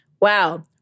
Wow